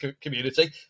community